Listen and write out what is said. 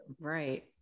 Right